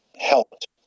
helped